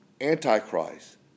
Antichrist